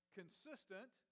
consistent